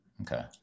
Okay